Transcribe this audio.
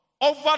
Over